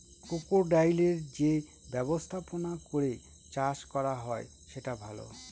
ক্রোকোডাইলের যে ব্যবস্থাপনা করে চাষ করা হয় সেটা ভালো